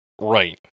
Right